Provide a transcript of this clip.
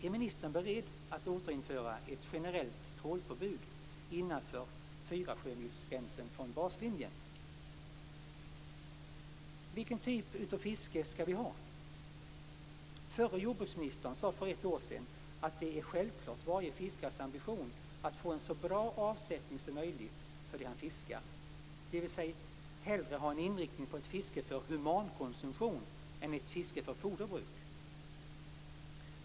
Är ministern beredd att återinföra ett generellt trålförbud innanför fyrasjömilsgränsen från baslinjen? Vilken typ av fiske skall vi ha? Förra jordbruksministern sade för ett år sedan: "Det är självklart varje fiskares ambition att få en så bra avsättning som möjligt för det han fiskar, dvs. hellre ha en inriktning på ett fiske för humankonsumtion än ett fiske för foderbruk."